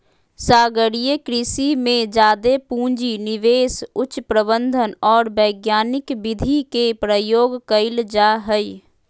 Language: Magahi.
सागरीय कृषि में जादे पूँजी, निवेश, उच्च प्रबंधन और वैज्ञानिक विधि के प्रयोग कइल जा हइ